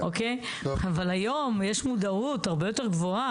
אבל היום יש מודעות הרבה יותר גבוהה.